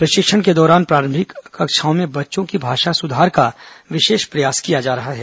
प्रशिक्षण के दौरान प्रारंभिक कक्षाओं में बच्चों की भाषा सुधार का विशेष प्रयास किया जा रहा है